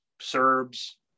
Serbs